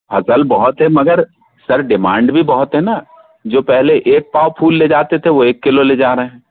फसल बहुत है मगर सर डिमांड भी बहुत है ना जो पहले एक पाव फूल ले जाते थे वह एक किलो ले जा रहे हैं